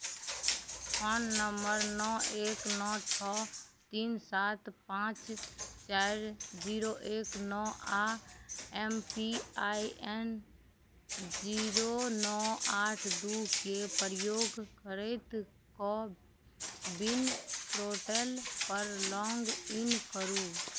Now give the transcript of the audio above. phone number नओ एक नओ छओ तीन सात पाँच चारि जीरो एक नओ आओर M P I N zero नओ आठ दुइके प्रयोग करैत कोविन पोर्टलपर लॉगिन करू